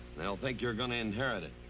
they'll think you're going to inherit it.